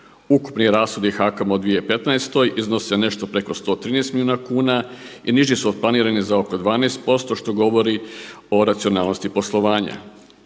Ukupni rashodi HAKOM-a u 2015. iznose nešto preko 113 milijuna kuna i niži su od planiranih za oko 12% što govori o racionalnosti poslovanja.